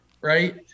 right